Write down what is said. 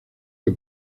que